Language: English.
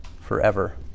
forever